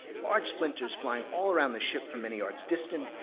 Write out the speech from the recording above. large splinters flying all around the ship from many yards distant.